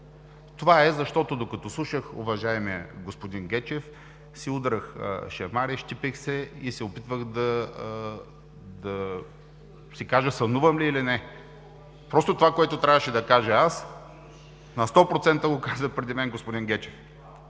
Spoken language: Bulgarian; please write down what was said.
Това е, защото докато слушах уважаемия господин Гечев, си удрях шамари, щипех се и се опитвах да разбера сънувам или не. Това, което трябваше да кажа аз, на 100% го каза преди мен господин Гечев